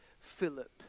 Philip